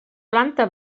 planta